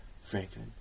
Franklin